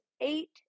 eight